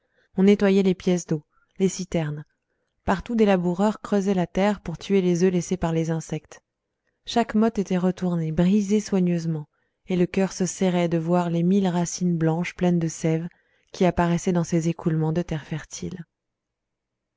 on nettoyait les pièces d'eau les citernes partout des laboureurs creusaient la terre pour tuer les œufs laissés par les insectes chaque motte était retournée brisée soigneusement et le cœur se serrait de voir les mille racines blanches pleines de sève qui apparaissaient dans ces écroulements de terre fertile